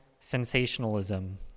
sensationalism